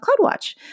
CloudWatch